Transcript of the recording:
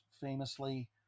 famously